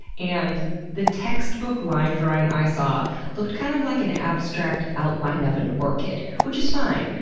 and the textbook line-drawing i saw looked kind of like an abstract outline of an orchid, which is fine,